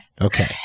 Okay